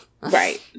Right